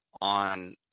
on